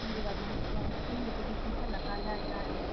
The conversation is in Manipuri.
ꯄꯤꯔꯒ ꯑꯗꯨꯝ ꯑꯄꯨꯟꯕꯗꯨꯒꯤ ꯄꯨꯟꯁꯤꯜꯂ ꯀꯥꯟꯗ ꯍꯥꯏꯇꯔꯦ